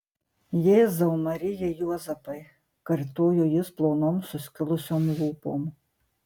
jėzau marija juozapai kartojo jis plonom suskilusiom lūpom